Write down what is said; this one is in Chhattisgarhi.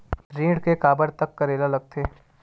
ऋण के काबर तक करेला लगथे?